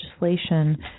legislation